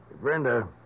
Brenda